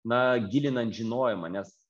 na gilinant žinojimą nes